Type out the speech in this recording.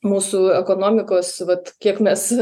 mūsų ekonomikos vat kiek mes